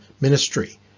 ministry